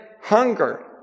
hunger